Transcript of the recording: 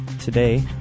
today